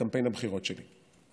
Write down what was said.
לקמפיין הבחירות שלי.